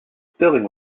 sterling